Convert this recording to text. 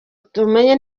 tumenye